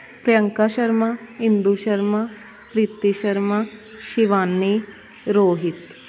Priyanka Sharma Indu Sharma Preeti Sharma Shivani Rohit